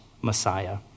Messiah